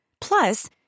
Plus